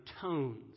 tones